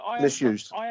Misused